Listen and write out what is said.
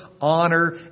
honor